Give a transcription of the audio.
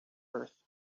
earth